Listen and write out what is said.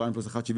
פריים פלוס 1.75,